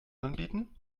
anbieten